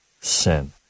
sin